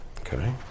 Okay